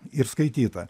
ir skaityta